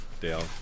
Dale